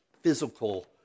physical